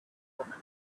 woman